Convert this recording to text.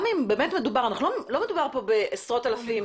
לא מדובר פה על עשרות אלפים,